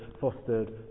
fostered